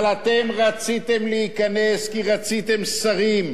אבל אתם רציתם להיכנס כי רציתם שרים.